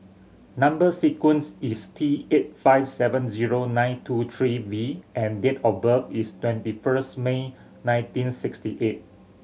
number sequence is T eight five seven zero nine two three V and date of birth is twenty first May nineteen sixty eight